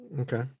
okay